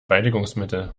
reinigungsmittel